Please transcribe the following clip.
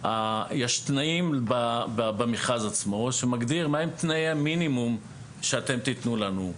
יש תנאים במכרז עצמו שמגדיר מהם תנאי המינימום שאתם תתנו לנו.